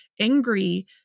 angry